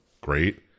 great